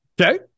Okay